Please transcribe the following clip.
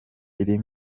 iri